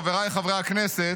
חבריי חברי הכנסת,